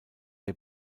der